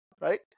right